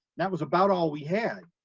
that was about all we had.